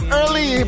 early